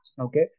Okay